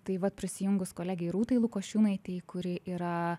tai vat prisijungus kolegei rūtai lukošiūnaitei kuri yra